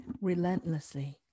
relentlessly